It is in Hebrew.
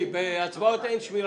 מי נמנע?